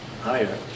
higher